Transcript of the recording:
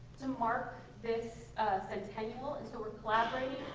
to mark this centennial. and so we're collaborating